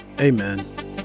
Amen